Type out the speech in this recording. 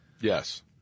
Yes